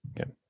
Okay